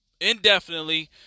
indefinitely